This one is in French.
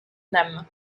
nam